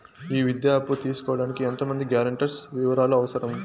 ఈ విద్యా అప్పు తీసుకోడానికి ఎంత మంది గ్యారంటర్స్ వివరాలు అవసరం?